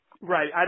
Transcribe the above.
Right